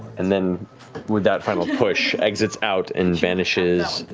and then with that final push, exits out and vanishes